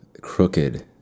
crooked